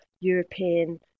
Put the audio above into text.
European